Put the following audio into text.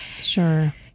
Sure